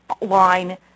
line